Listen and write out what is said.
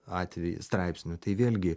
atvejis straipsnių tai vėlgi